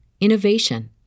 innovation